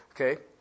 Okay